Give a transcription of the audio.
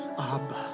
Abba